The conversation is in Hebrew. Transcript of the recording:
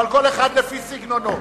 אבל כל אחד לפי סגנונו.